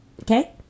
Okay